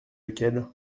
lequel